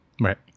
Right